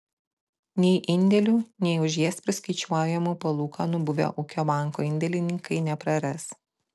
nei indėlių nei už jas priskaičiuojamų palūkanų buvę ūkio banko indėlininkai nepraras